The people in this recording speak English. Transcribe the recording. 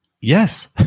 yes